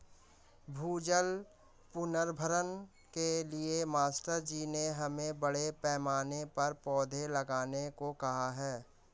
भूजल पुनर्भरण के लिए मास्टर जी ने हमें बड़े पैमाने पर पौधे लगाने को कहा है